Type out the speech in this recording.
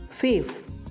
Fifth